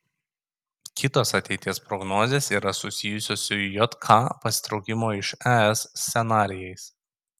kitos ateities prognozės yra susijusios su jk pasitraukimo iš es scenarijais